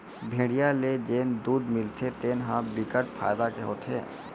भेड़िया ले जेन दूद मिलथे तेन ह बिकट फायदा के होथे